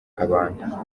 abantu